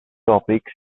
topics